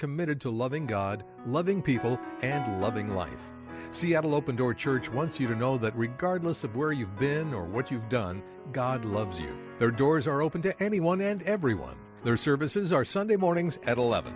committed to loving god loving people and loving life seattle open door church once you know that regardless of where you've been or what you've done god loves you there doors are open to anyone and everyone their services are sunday mornings at eleven